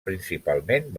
principalment